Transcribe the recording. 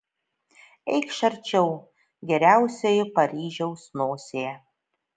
eikš arčiau geriausioji paryžiaus nosie